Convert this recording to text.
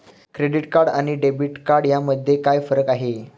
Credit card आणि debit card यामध्ये काय फरक आहे?